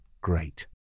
great